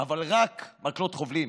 אבל רק מקלות חובלים.